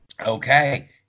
Okay